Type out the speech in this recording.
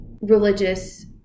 religious